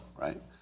right